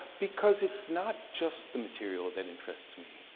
because it's not just the material that interests me.